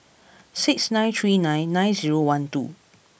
six nine three nine nine zero one two